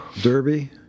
Derby